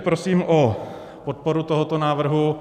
Prosím o podporu tohoto návrhu.